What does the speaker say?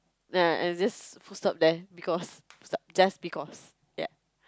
nah I'm just full stop then because full stop just because ya